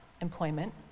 employment